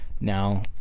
Now